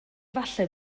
falle